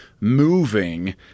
moving